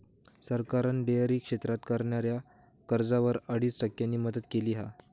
सरकारान डेअरी क्षेत्रात करणाऱ्याक कर्जावर अडीच टक्क्यांची मदत केली हा